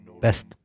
best